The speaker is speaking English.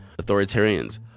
authoritarians